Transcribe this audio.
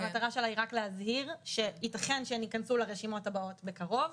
המטרה שלה היא רק להזהיר שיתכן שהן יכנסו לרשימות הבאות בקרוב,